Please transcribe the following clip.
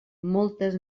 moltes